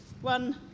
One